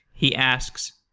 he asks,